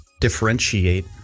differentiate